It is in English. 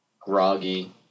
groggy